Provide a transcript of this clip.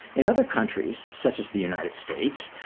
in other countries such as the united states,